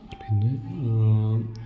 പിന്നെ